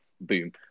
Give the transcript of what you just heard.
boom